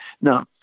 Now